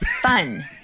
fun